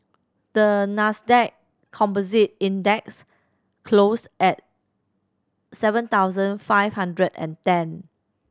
the Nasdaq Composite Index closed at seven thousand five hundred and ten